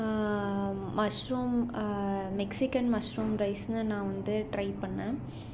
mushroom Mexican mushroom ரைஸுனு நான் வந்து ட்ரை பண்ணேன்